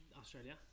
Australia